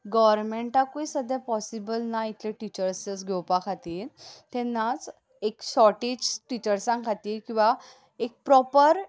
गोवोरमेंटाकूय सद्द्यां पॉसीबल ना इतल्यो टिर्चसीस घेवपा खातीर तेन्नाच एक शॉर्टेज टिचर्सां खातीर किंवा एक प्रोपर